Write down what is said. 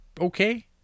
okay